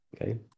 Okay